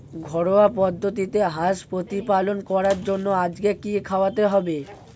ঘরোয়া পদ্ধতিতে হাঁস প্রতিপালন করার জন্য আজকে কি খাওয়াতে হবে?